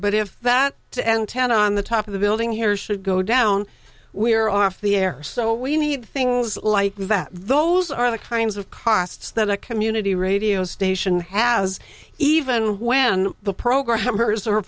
but if that to antenna on the top of the building here should go down we are off the air so we need things like that those are the kinds of costs that a community radio station has even when the programmers are